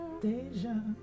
Deja